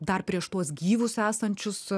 dar prieš tuos gyvus esančius